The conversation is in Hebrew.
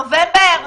נובמבר?